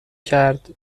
کرد